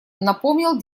напомнил